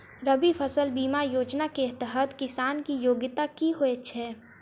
रबी फसल बीमा योजना केँ तहत किसान की योग्यता की होइ छै?